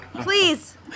Please